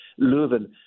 Leuven